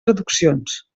traduccions